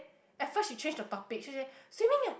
at first she change the topic she say swimming ah